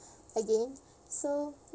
again so